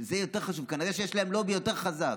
שזה יותר חשוב, כנראה שיש להם לובי יותר חזק.